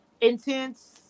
intense